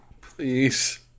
Please